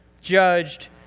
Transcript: judged